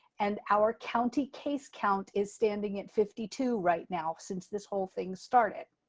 and our county case count is standing at fifty two right now since this whole thing started.